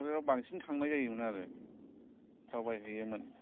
क'क्राझाराव बांसिन थांनाय जायोमोन आरो दावबायहैयोमोन